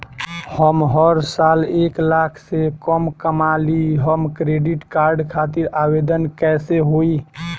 हम हर साल एक लाख से कम कमाली हम क्रेडिट कार्ड खातिर आवेदन कैसे होइ?